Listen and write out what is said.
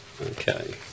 Okay